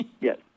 Yes